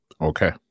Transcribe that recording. Okay